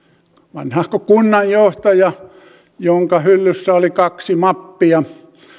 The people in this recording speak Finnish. vanhahko kunnanjohtaja jonka hyllyssä oli kaksi mappia